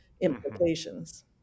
implications